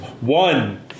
One